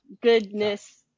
Goodness